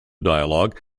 dialogue